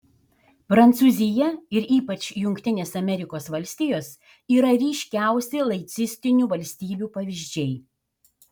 prancūzija ir ypač jungtinės amerikos valstijos yra ryškiausi laicistinių valstybių pavyzdžiai